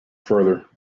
further